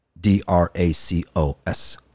D-R-A-C-O-S